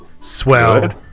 Swell